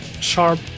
sharp